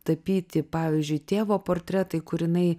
tapyti pavyzdžiui tėvo portretai kur jinai